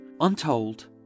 untold